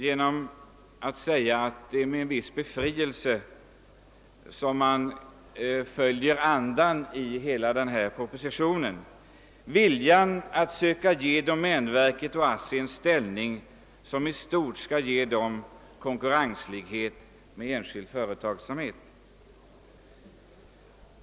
Det är med en viss tillfredsställelse som man noterar andan i propositionen, viljan att söka ge domänverket och ASSI en ställning, som i stort sett skall ge dessa företag konkurrensjämställdhet med den privata företagsamheten.